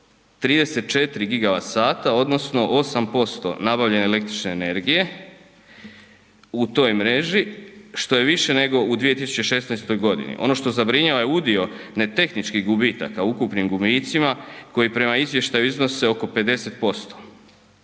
su 1,34 GWh, odnosno 8% nabavljene električne energije u toj mreži, što je više nego u 2016. godini. Ono što zabrinjava je udio netehničkih gubitaka, u ukupnim gubitcima, koji prema izvještaju iznose oko 50%.